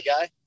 guy